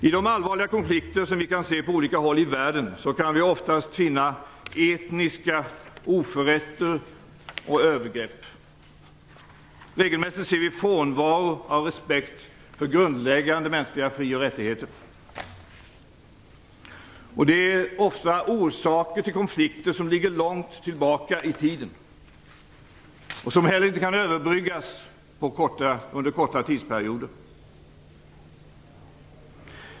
I de allvarliga konflikter som vi kan se på olika håll i världen kan vi oftast finna etniska oförrätter och övergrepp. Regelmässigt ser vi frånvaro av respekt för grundläggande mänskliga fri och rättigheter. Orsakerna till sådana konflikter ligger ofta långt tillbaka i tiden, och de kan heller inte överbyggas under korta tidsperioder.